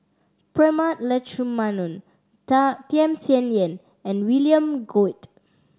Prema Letchumanan Tham Sien Yen and William Goode